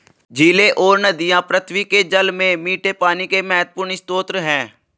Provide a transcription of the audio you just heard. झीलें और नदियाँ पृथ्वी के जल में मीठे पानी के महत्वपूर्ण स्रोत हैं